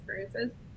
experiences